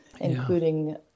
including